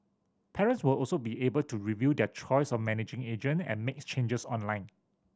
parents will also be able to review their choice of managing agent and make changes online